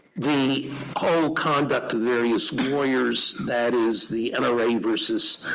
the whole conduct of various lawyers that is, the and nra versus